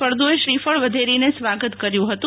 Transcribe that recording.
ફળદુએ શ્રીફળ વધેરીને સ્વાગત કર્યું હતું